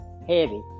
heavy